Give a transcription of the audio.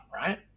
right